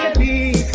me